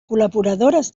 col·laboradores